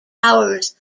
powers